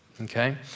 okay